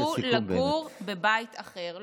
עברו לגור בבית אחר.